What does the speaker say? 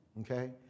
Okay